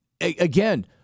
again